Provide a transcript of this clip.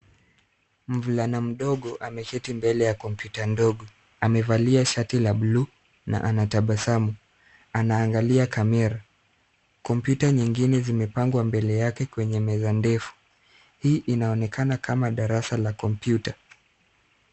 Mvulana mdogo ameketi mbele ya kompyuta ndogo. Amevalia shati la buluu na anatabasamu. Anaangalia kamera. Kompyuta nyingine zimepangwa mbele yake kwenye kompyuta ndefu. Hii inaonekana kama darasa la kompyuta.